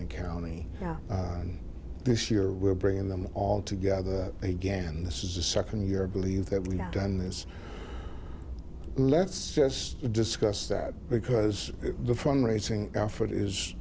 the county now this year we're bringing them all together again this is the second year believe that we've done this let's just discuss that because the firm raising effort is